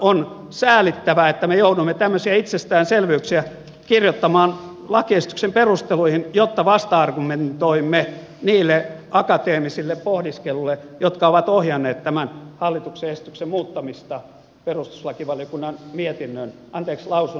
on säälittävää että me joudumme tämmöisiä itsestäänselvyyksiä kirjoittamaan lakiesityksen perusteluihin jotta vasta argumentoimme niille akateemisille pohdiskeluille jotka ovat ohjanneet tämän hallituksen esityksen muuttamista perustuslakivaliokunnan lausunnon perusteella